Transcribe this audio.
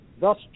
thus